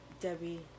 Debbie